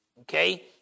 Okay